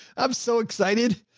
i'm so excited.